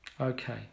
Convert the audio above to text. Okay